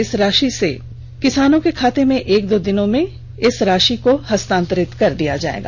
इस राशि को भी किसानों के खाते में एक दो दिनों में हस्तांतरित कर दिया जाएगा